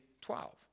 twelve